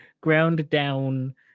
ground-down